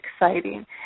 exciting